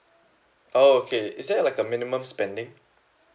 oh okay is there like a minimum spending